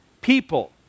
people